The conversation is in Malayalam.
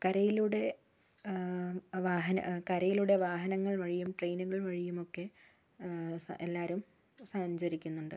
കരയിലൂടെ വാഹന കരയിലൂടെ വാഹനങ്ങൾ വഴിയും ട്രെയ്നുകൾ വഴിയുമൊക്കെ എല്ലാവരും സഞ്ചരിക്കുന്നുണ്ട്